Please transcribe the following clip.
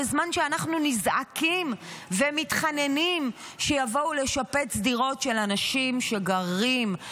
בזמן שאנחנו נזעקים ומתחננים שיבואו לשפץ דירות של אנשים שגרים,